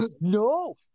No